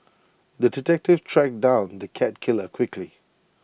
the detective tracked down the cat killer quickly